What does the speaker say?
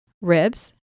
ribs